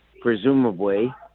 presumably